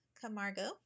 Camargo